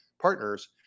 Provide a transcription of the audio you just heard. partners